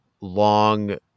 long